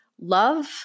love